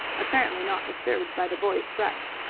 apparently not disturbed by the boy's threats.